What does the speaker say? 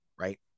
Right